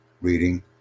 reading